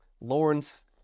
Lawrence